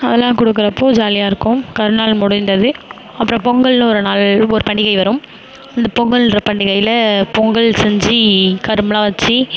அதெல்லாம் கொடுக்கறப்போ ஜாலியாக இருக்கும் கருநாள் முடிந்தது அப்புறம் பொங்கல்னு ஒரு நாள் ஒரு பண்டிகை வரும் அந்த பொங்கல்ன்ற பண்டிகையில் பொங்கல் செஞ்சு கரும்புலாம் வச்சு